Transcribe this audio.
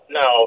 no